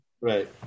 Right